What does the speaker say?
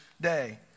day